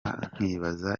nkibaza